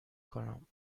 کنم